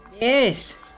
Yes